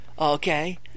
Okay